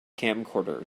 camcorder